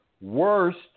worst